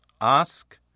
Ask